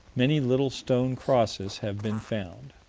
many little stone crosses have been found.